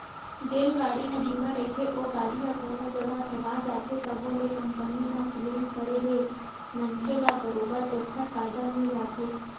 जेन गाड़ी ह बीमा रहिथे ओ गाड़ी ह कोनो जगा ठोका जाथे तभो ले कंपनी म क्लेम करे ले मनखे ल बरोबर ओखर फायदा मिल जाथे